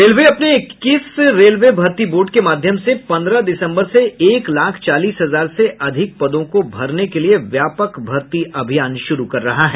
railway अपने इक्कीस railway भर्ती बोर्ड के माध्यम से पंद्रह दिसम्बर से एक लाख चालीस हजार से अधिक पदों को भरने के लिए व्यापक भर्ती अभियान शुरू कर रहा है